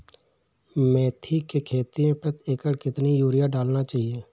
मेथी के खेती में प्रति एकड़ कितनी यूरिया डालना चाहिए?